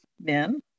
men